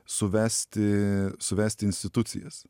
suvesti suvesti institucijas